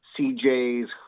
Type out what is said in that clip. CJ's